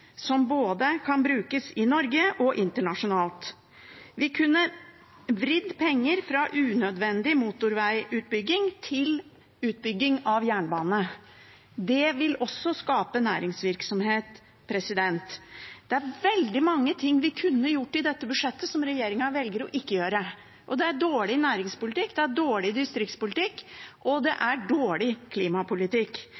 som både kan brukes i Norge og internasjonalt. Vi kunne vridd penger fra unødvendig motorveiutbygging til utbygging av jernbane. Det vil også skape næringsvirksomhet. Det er veldig mange ting vi kunne gjort i dette budsjettet som regjeringen velger å ikke gjøre. Det er dårlig næringspolitikk, det er dårlig distriktspolitikk, og det